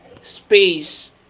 space